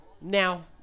Now